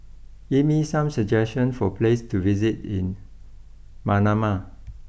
give me some suggestions for places to visit in Manama